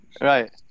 Right